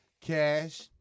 Cash